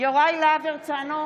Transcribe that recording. יוראי להב הרצנו,